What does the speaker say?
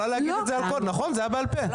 נכון, זה היה בעל-פה.